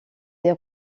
des